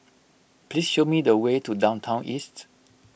please show me the way to Downtown East